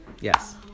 Yes